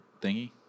thingy